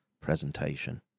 presentation